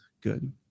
good